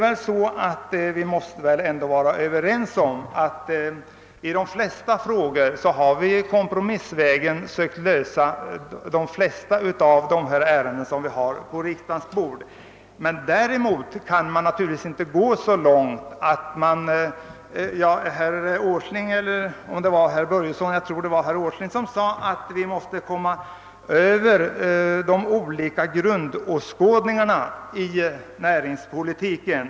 Vi måste väl ändå vara överens om att vi beträffande de flesta ärenden på riksdagens bord har sökt oss fram till en lösning på kompromissvägen. Jag tror att det var herr Börjesson i Glömminge som nyss sade att vi måste komma över de olika grundåskådningarna i näringspolitiken.